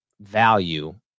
value